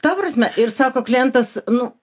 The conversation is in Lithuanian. ta prasme ir sako klientas nu